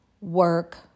work